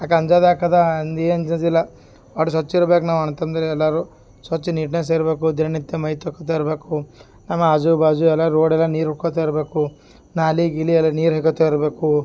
ಯಾಕೆ ಅಂಜೋದ್ಯಾಕದ ಅಂದೆ ಏನಂಜೋದಿಲ್ಲ ಮಾಡಿ ಸ್ವಚ್ ಇರ್ಬೇಕು ನಾವು ಅಣ್ತಮ್ದಿರು ಎಲ್ಲಾರು ಸ್ವಚ್ ನೀಟ್ನೆಸ್ ಇರಬೇಕು ದಿನನಿತ್ಯ ಮೈ ತೋಕೋತ ಇರಬೇಕು ಆಮೆ ಆಜು ಬಾಜು ಎಲ್ಲ ರೋಡೇಲ್ಲ ನೀರುಕ್ಕೋತ ಇರಬೇಕು ನಾಲಿ ಗೀಲಿ ಅಲ ನೀರು ಹೆಕ್ಕೋತ ಇರಬೇಕು